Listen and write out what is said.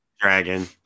Dragon